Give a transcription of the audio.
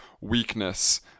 weakness